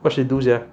what she do sia